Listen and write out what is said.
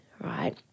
right